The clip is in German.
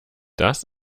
das